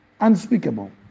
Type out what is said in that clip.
unspeakable